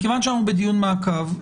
מכיוון שאנחנו בדיון מעקב,